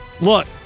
Look